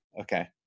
Okay